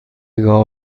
گاو